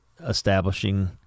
establishing